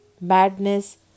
badness